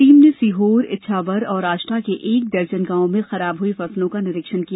team ने सीहोर इछावर और आष्टा के एक दर्जन गाँवों में खराब हुई फसलो का निरीक्षण किया